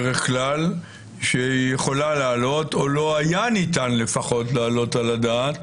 או לא היה ניתן להעלות על הדעת,